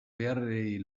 beharrei